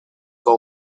con